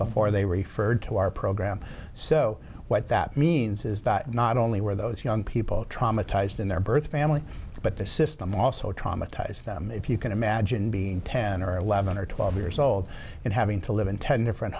before they were referred to our program so what that means is that not only were those young people traumatized in their birth family but the system also traumatized them if you can imagine being ten or eleven or twelve years old and having to live in ten different